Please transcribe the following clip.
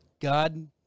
God